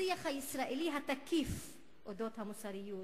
השיח הישראלי התקיף על אודות המוסריות,